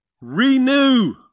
renew